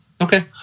Okay